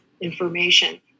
information